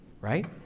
right